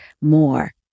more